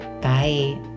Bye